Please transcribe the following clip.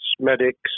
medics